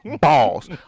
balls